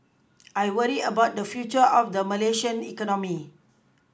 I worry about the future of the Malaysian economy